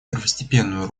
первостепенную